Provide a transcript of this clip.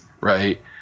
right